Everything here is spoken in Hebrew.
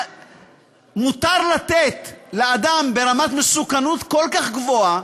מותר לתת לאדם ברמת מסוכנות כל כך גבוהה,